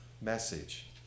message